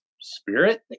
spirit